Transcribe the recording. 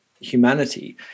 humanity